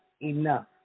enough